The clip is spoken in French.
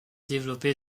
développé